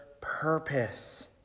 purpose